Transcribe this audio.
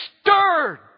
stirred